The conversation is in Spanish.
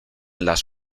las